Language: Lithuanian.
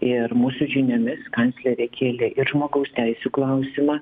ir mūsų žiniomis kanclerė kėlė ir žmogaus teisių klausimą